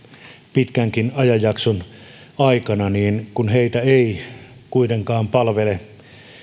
pitkänkin ajanjakson aikana kun heitä ei kuitenkaan palvele